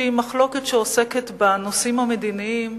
שהיא מחלוקת שעוסקת בנושאים המדיניים,